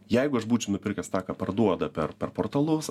jeigu aš būčiau nupirkęs tą ką parduoda per per portalus